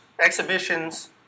exhibitions